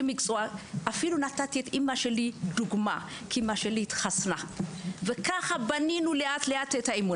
אפילו נתתי את אמא שלי דוגמא לבת הקהילה שהתחסנה וכך בנינו את האמון.